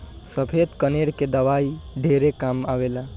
सफ़ेद कनेर के दवाई ढेरे काम आवेल